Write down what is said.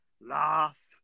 Laugh